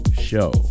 show